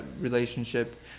relationship